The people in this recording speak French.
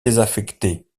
désaffectée